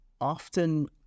often